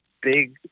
big